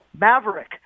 Maverick